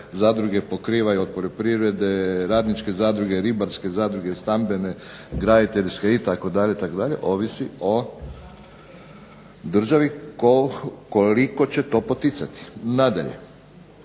zadruge pokrivaju od poljoprivrede, radničke zadruge, ribarske zadruge, stambene, graditeljske itd., ovisi o državi koliko će to poticati. Nadalje,